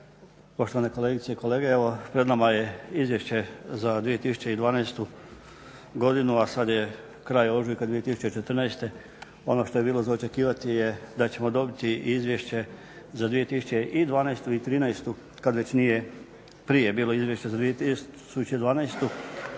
poštovane kolegice i kolege. Evo pred nama je Izvješće za 2012. godinu, a sad je kraj ožujka 2014. Ono što je bilo za očekivati je da ćemo dobiti izvješće za 2012. i 2013. kad već nije prije bilo izvješća za 2012.